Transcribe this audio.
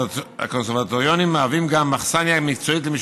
הקונסרבטוריונים מהווים גם אכסניה מקצועית למי